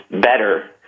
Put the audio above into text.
better